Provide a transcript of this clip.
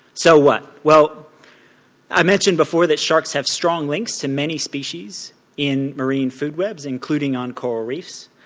so what? well i mentioned before that sharks have strong links to many species in marine food webs including on coral reefs.